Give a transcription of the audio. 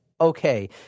okay